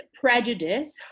prejudice